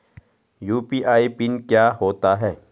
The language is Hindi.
यु.पी.आई पिन क्या होता है?